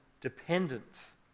dependence